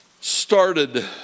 started